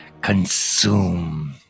Consume